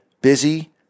busy